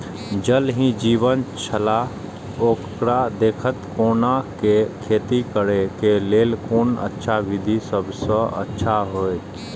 ज़ल ही जीवन छलाह ओकरा देखैत कोना के खेती करे के लेल कोन अच्छा विधि सबसँ अच्छा होयत?